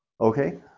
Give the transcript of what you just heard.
Okay